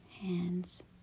hands